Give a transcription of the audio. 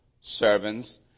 servants